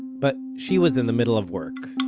but she was in the middle of work.